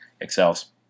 excels